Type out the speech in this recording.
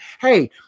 hey